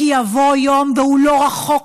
כי יבוא יום, והוא לא רחוק,